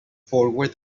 forward